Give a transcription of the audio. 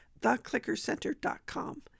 theclickercenter.com